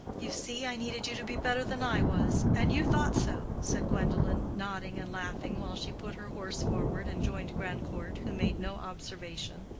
you see, i needed you to be better than i was and you thought so, said gwendolen, nodding and laughing, while she put her horse forward and joined grandcourt, who made no observation.